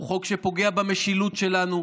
הוא חוק שפוגע במשילות שלנו.